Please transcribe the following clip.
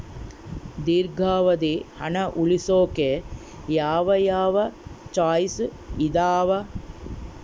ದೇರ್ಘಾವಧಿ ಹಣ ಉಳಿಸೋಕೆ ಯಾವ ಯಾವ ಚಾಯ್ಸ್ ಇದಾವ?